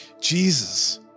Jesus